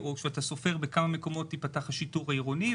או שאתה סופר בכמה מקומות יפתח השיטור העירוני?